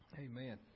Amen